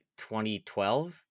2012